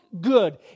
good